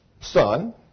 son